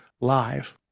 live